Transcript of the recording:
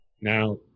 Now